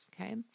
Okay